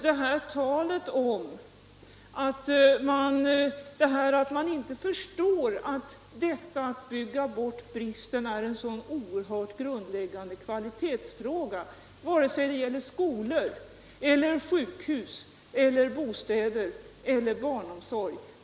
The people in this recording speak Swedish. Detta att bygga bort bristen är en grundläggande kvalitetsfråga, vare 61 sig det gäller skolor, sjukhus, bostäder eller barnomsorg.